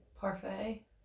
Parfait